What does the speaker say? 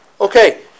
Okay